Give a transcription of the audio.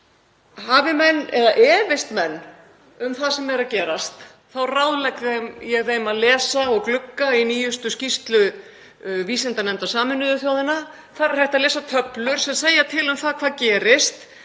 er orðið. Efist menn um það sem er að gerast þá ráðlegg ég þeim að lesa og glugga í nýjustu skýrslu vísindanefndar Sameinuðu þjóðanna. Þar er hægt að lesa töflur sem segja til um það hvað gerist